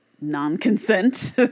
non-consent